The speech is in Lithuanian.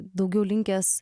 daugiau linkęs